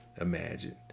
imagine